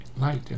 light